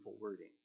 wording